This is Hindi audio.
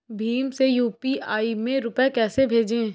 भीम से यू.पी.आई में रूपए कैसे भेजें?